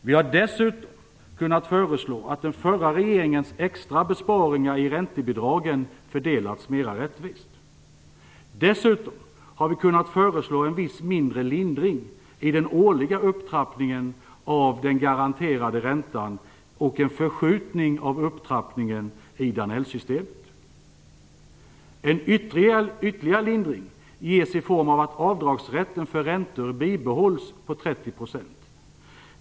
Vi har dessutom kunnat föreslå att den förra regeringens extra besparingar i räntebidragen fördelas mera rättvist. Dessutom har vi kunnat föreslå en viss mindre lindring i den årliga upptrappningen av den garanterade räntan och en förskjutning av upptrappningen i Danellsystemet. En ytterligare lindring ges i form av att avdragsrätten för räntor bibehålls på 30 %.